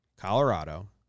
Colorado